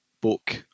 book